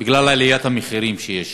בגלל עליית המחירים שם.